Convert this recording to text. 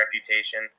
reputation